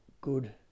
good